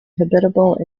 habitable